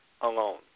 alone